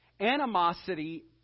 Animosity